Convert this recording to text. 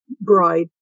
bride